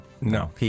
No